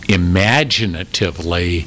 imaginatively